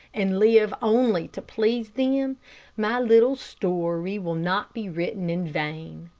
and live only to please them, my little story will not be written in vain.